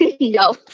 No